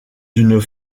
d’une